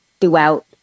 throughout